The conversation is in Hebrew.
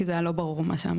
כי זה היה לא ברור, מה שאמרת.